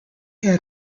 had